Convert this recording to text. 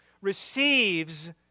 receives